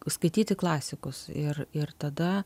skaityti klasikus ir ir tada